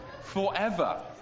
forever